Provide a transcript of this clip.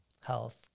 health